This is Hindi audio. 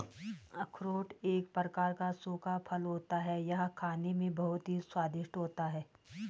अखरोट एक प्रकार का सूखा फल होता है यह खाने में बहुत ही स्वादिष्ट होता है